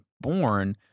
born